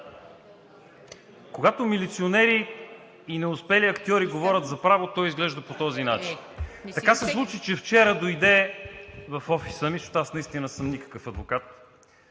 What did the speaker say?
когато милиционери и неуспели актьори говорят за право, то изглежда по този начин. Така се случи, че вчера дойде в офиса ми, защото аз наистина съм никакъв адвокат,